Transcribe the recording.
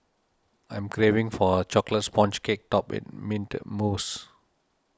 I'm craving for a Chocolate Sponge Cake Topped with Mint Mousse